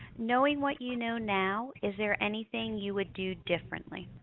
knowing what you know now, is there anything you would do differently?